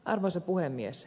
arvoisa puhemies